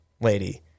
lady